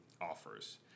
offers